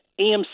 AMC